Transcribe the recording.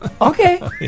Okay